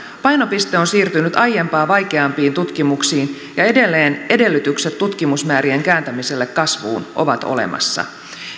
painopiste on siirtynyt aiempaa vaikeampiin tutkimuksiin ja edelleen edellytykset tutkimusmäärien kääntämiselle kasvuun ovat olemassa